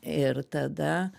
ir tada